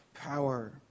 power